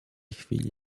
chwili